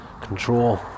control